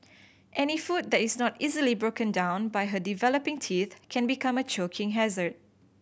any food that is not easily broken down by her developing teeth can become a choking hazard